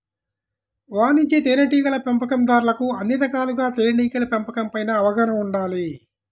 వాణిజ్య తేనెటీగల పెంపకందారులకు అన్ని రకాలుగా తేనెటీగల పెంపకం పైన అవగాహన ఉండాలి